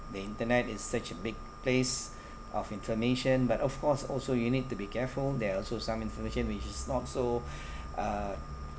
the internet is such a big place of information but of course also you need to be careful there are also some information which is not so uh